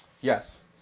Yes